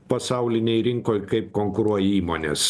pasaulinėj rinkoj kaip konkuruoja įmonės